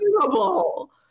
terrible